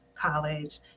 college